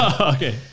Okay